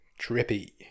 Trippy